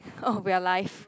oh we're live